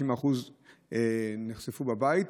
90% נחשפו בבית,